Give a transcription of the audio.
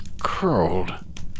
curled